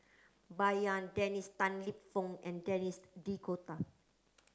Bai Yan Dennis Tan Lip Fong and Denis D'Cotta